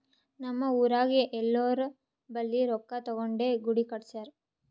ನಮ್ ಊರಾಗ್ ಎಲ್ಲೋರ್ ಬಲ್ಲಿ ರೊಕ್ಕಾ ತಗೊಂಡೇ ಗುಡಿ ಕಟ್ಸ್ಯಾರ್